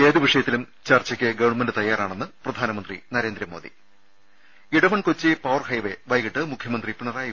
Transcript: ഏതു വിഷയ ത്തിലും ചർച്ചയ്ക്ക് ഗവൺമെന്റ് തയാറാണെന്ന് പ്രധാനമന്ത്രി നരേന്ദ്രമോദി ഇടമൺ കൊച്ചി പവർ ഹൈവേ വൈകിട്ട് മുഖ്യമന്ത്രി പിണറായി